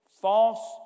false